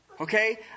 Okay